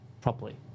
properly